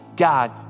God